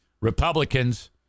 Republicans